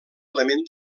element